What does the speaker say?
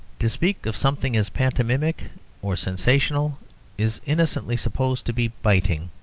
to speak of something as pantomimic or sensational is innocently supposed to be biting,